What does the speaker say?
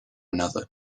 another